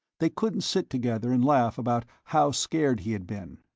they couldn't sit together and laugh about how scared he had been.